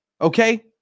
okay